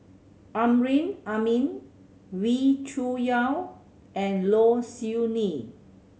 Amrin Amin Wee Cho Yaw and Low Siew Nghee